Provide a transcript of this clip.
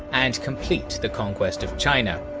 and complete the conquest of china.